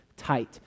tight